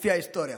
לפי ההיסטוריה: